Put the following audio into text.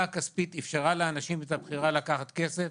הכספית אשרה לאנשים את הבחירה לקחת כסף,